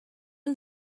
and